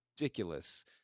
ridiculous